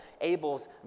Abel's